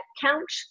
count